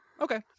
Okay